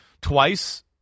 twice